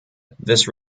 this